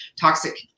Toxic